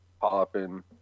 popping